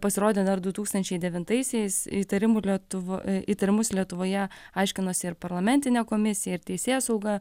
pasirodė dar du tūkstančiai devintaisiais įtarimų lietuvoje įtarimus lietuvoje aiškinosi ir parlamentinė komisija ir teisėsauga